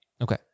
Okay